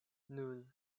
nul